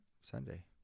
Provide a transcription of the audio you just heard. Sunday